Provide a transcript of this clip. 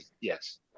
yes